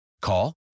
Call